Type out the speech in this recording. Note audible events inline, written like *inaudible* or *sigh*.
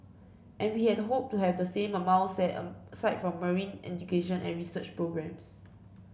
and we had hoped to have the same *unintelligible* set *unintelligible* side for marine education and research programmes